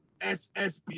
SSB